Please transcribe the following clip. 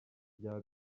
byaba